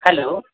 hello